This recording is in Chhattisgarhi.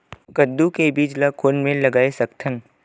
कददू के बीज ला कोन कोन मेर लगय सकथन?